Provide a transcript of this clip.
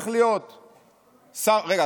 רגע,